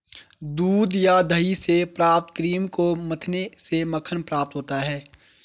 दूध या दही से प्राप्त क्रीम को मथने से मक्खन प्राप्त होता है?